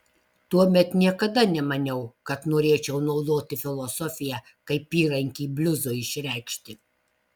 tuomet niekada nemaniau kad norėčiau naudoti filosofiją kaip įrankį bliuzui išreikšti